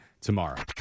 tomorrow